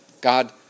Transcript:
God